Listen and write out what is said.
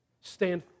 Stand